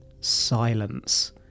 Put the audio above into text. silence